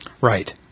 Right